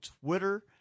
Twitter